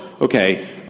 Okay